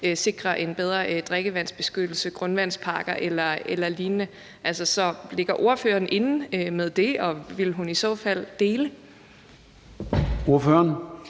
sikre en bedre drikkevandsbeskyttelse, grundvandsparker eller lignende? Ligger ordføreren inde med det, og vil hun i så fald dele? Kl.